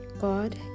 God